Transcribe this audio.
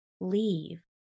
leave